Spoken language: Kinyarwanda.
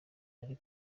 ari